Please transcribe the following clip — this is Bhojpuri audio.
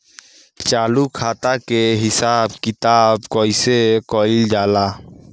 चालू खाता के हिसाब किताब कइसे कइल जाला?